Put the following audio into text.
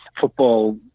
football